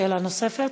שאלה נוספת?